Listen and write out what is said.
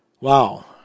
Wow